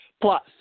Plus